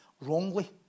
wrongly